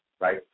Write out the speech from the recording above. right